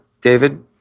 David